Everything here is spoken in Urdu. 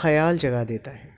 خیال جگہ دیتا ہے